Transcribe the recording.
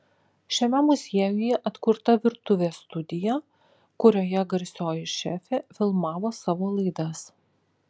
šiame muziejuje atkurta virtuvė studija kurioje garsioji šefė filmavo savo laidas